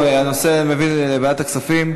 הנושא, אני מבין, לוועדת הכספים.